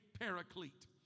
paraclete